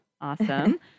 Awesome